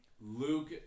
Luke